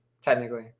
technically